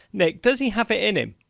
nick, does he have it in him?